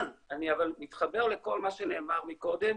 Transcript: אבל אני גם מתחבר לכל מה שנאמר מקודם